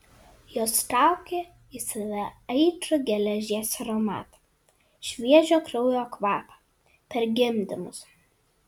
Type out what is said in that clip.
jos traukė į save aitrų geležies aromatą šviežio kraujo kvapą per gimdymus